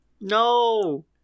No